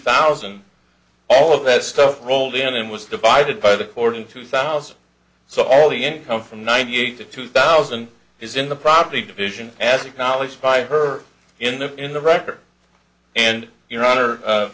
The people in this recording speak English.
thousand all of that stuff rolled in and was divided by the court in two thousand so all the income from ninety eight to two thousand is in the property division as acknowledged by her in the in the record and your hon